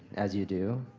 as you do,